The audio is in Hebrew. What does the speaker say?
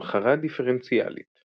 המחרה דיפרנציאלית –